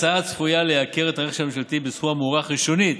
ההצעה צפויה לייקר את הרכש הממשלתי בסכום המוערך ראשונית